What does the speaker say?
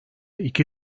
iki